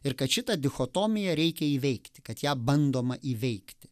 ir kad šitą dichotomiją reikia įveikti kad ją bandoma įveikti